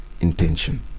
intention